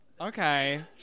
Okay